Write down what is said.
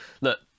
look